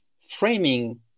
framing